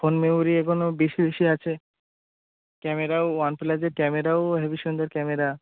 phone memory এগুলো বেশি বেশি আছে ক্যামেরাও ওয়ান প্লাসের ক্যামেরাও হেবি সুন্দর ক্যামেরা